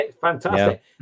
Fantastic